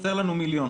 חסר לנו מיליון.